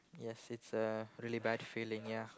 yes it's a really bad feeling ya